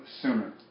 sooner